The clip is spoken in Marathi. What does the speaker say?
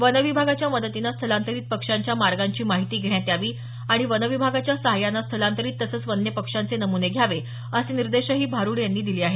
वन विभागाच्या मदतीने स्थलांतरित पक्ष्यांच्या मार्गांची माहिती घेण्यात यावी आणि वन विभागाच्या साह्यानं स्थलांतरित तसंच वन्य पक्ष्यांचे नमुने घ्यावे असे निर्देशही भारूड यांनी दिले आहेत